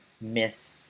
Miss